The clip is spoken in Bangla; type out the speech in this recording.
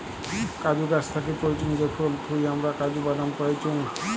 কাজু গাছ থাকি পাইচুঙ যে ফল থুই হামরা কাজু বাদাম পাইচুং